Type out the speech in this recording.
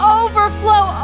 overflow